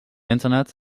internet